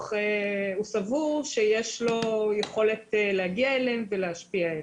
סבור שיש לו יכולת להגיע אליהם ולהשפיע עליהם.